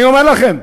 אני אומר לכם: